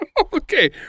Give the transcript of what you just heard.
Okay